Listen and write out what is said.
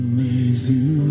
Amazing